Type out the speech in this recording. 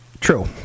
True